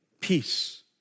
peace